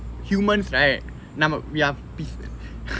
humans right நம்ம:namma we are pis~